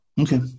Okay